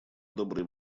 доброй